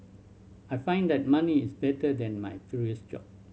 I find that money is better than my previous job